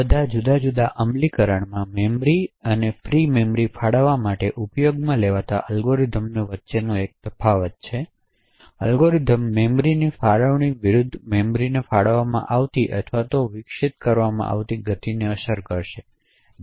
આ બધા જુદાં જુદાં અમલીકરણમાં મેમરી અને ફ્રી મેમરી ફાળવવા માટે ઉપયોગમાં લેવાતા અલ્ગોરિધમનો વચ્ચેનો એક તફાવત છે તેથી એલ્ગોરિધમ્સ મેમરીની ફાળવણી વિરુદ્ધ મેમરીને ફાળવવામાં આવતી અથવા વિકસિત કરવામાં આવતી ગતિને અસર કરશે